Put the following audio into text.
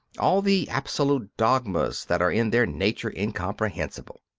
all the absolute dogmas that are in their nature incomprehensible?